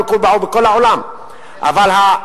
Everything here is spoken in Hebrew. כל אלה בשכבות העליונות הם עם דיאטה.